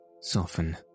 soften